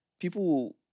People